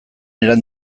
edan